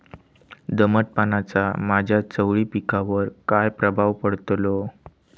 दमटपणाचा माझ्या चवळी पिकावर काय प्रभाव पडतलो?